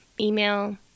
email